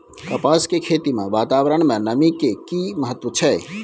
कपास के खेती मे वातावरण में नमी के की महत्व छै?